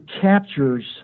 captures